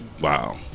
Wow